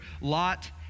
Lot